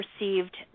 received